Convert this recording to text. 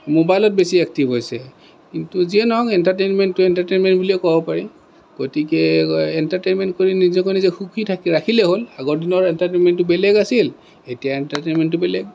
মোবাইলত বেছি একটিভ হৈছে কিন্তু যিয়ে নহওঁক এনটাৰ্টেইনমেণ্টটো এনটাৰ্টেইনমেণ্ট বুলিয়ে ক'ব পাৰি গতিকে এনটাৰ্টেইনমেণ্ট কৰি নিজকে নিজে সুখী থাকি ৰাখিলে হ'ল আগৰ দিনৰ এনটাৰ্টেইনমেণ্টটো বেলেগ আছিল এতিয়া এনটাৰ্টেইনমেণ্টটো বেলেগ